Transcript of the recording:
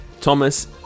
thomas